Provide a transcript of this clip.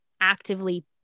actively